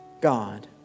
God